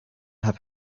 have